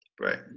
right